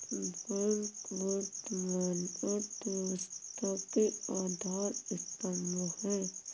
bank वर्तमान अर्थव्यवस्था के आधार स्तंभ है